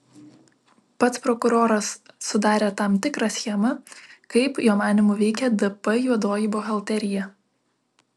pats prokuroras sudarė tam tikrą schemą kaip jo manymu veikė dp juodoji buhalterija